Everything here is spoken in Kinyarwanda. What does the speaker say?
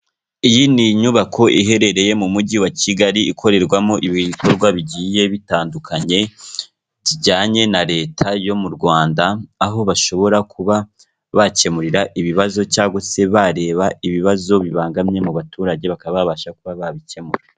Iyi ni inyubako iherereye mu mujyi wa Kigali ikorerwamo ibikorwa bigiye bitandukanye bijyanye na leta yo mu Rwanda, aho bashobora kuba bakemurira ibibazo cyanwa se bareba ibibazo bibangamye mu baturage bakabasha kuba babikemura.